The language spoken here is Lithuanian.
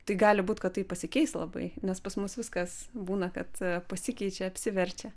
tai gali būt kad tai pasikeis labai nes pas mus viskas būna kad pasikeičia apsiverčia